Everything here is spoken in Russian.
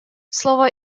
слово